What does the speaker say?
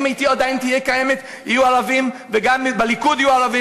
כי גם הוא יודע מה טוב לו.